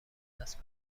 دست